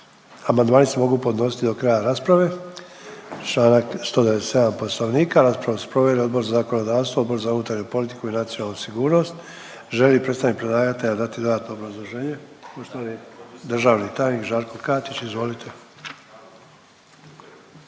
Amandmani se mogu podnositi do kraja rasprave, čl. 197. Raspravu su proveli Odbor za zakonodavstvo, Odbor za unutarnju politiku i nacionalnu sigurnost. Želi li predstavnik predlagatelja dati dodatno obrazloženje? Državni tajnik Žarko Katić, izvolite.